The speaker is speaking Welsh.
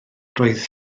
roedd